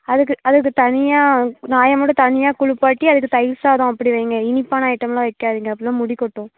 அதுக்கு அதுக்கு தனியாக நாயை மட்டும் தனியாக குளிப்பாட்டி அதுக்கு தயிர்சாதம் அப்படி வைங்க இனிப்பான ஐட்டமெலாம் வைக்காதீங்க அப்புறம் முடிக்கொட்டும்